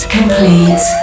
complete